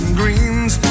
greens